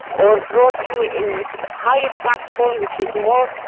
or brought you in an higher platform which is more,